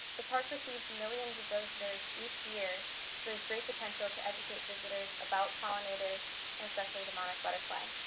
the park receives millions of visitors each year, so there's great potential to educate visitors about pollinators, and especially the monarch butterfly.